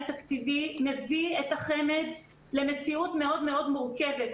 תקציבי מביאה את החמ"ד למציאות מאוד מאוד מורכבת.